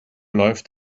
läuft